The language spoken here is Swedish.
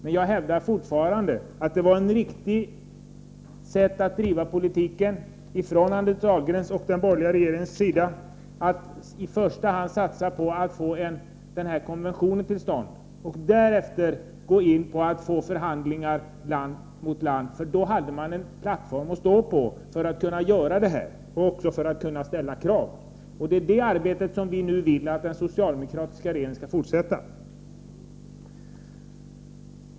Men jag hävdar fortfarande att det var ett riktigt sätt att driva politiken från Anders Dahlgrens och den borgerliga regeringens sida, att i första hand satsa på att få konventionen till stånd och därefter gå in på att få förhandlingar land mot land, för då hade man en plattform att stå på och också för att kunna ställa krav. Det är det arbetet som vi nu vill att den socialdemokratiska regeringen skall fortsätta.